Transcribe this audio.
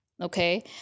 okay